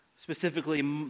specifically